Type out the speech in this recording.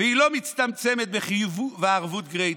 והיא לא מצטמצמת בחיוב הערבות גרידא.